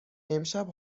امشب